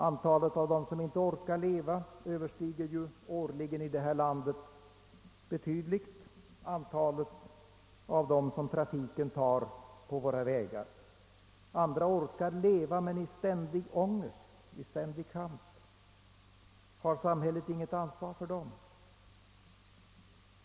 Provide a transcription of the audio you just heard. Antalet av dem som inte orkar leva överstiger ju årligen antalet av dem som trafiken tar på våra vägar. Andra orkar leva, men i ständig kamp. Har samhället inget ansvar för dem?